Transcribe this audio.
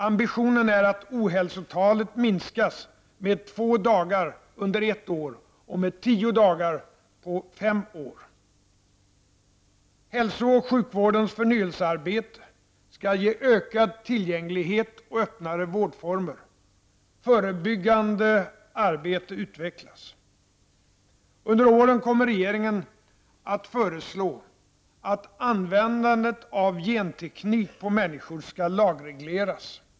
Ambitionen är att ohälsotalet minskas med två dagar under ett år och med tio dagar på fem år. Hälso och sjukvårdens förnyelsearbete skall ge ökad tillgänglighet och öppnare vårdformer. Förebyggande arbete utvecklas. Under året kommer regeringen att föreslå att användandet av genteknik på människor skall lagregleras.